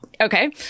Okay